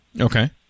Okay